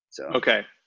Okay